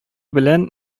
белән